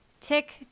Tick